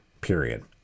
period